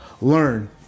learn